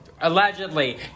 Allegedly